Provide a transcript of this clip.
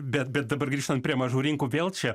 bet bet dabar grįžtant prie mažų rinkų vėl čia